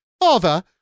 Father